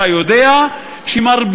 אתה יודע שמרביתן,